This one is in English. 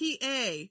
PA